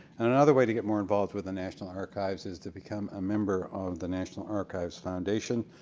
and another way to get more involved with the national archives is to become a member of the national archives foundation.